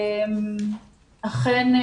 אכן,